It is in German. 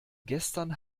gestern